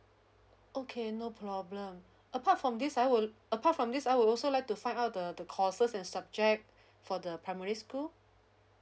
okay no problem apart from this I would apart from this I would also like to find out the the courses and subject for the primary school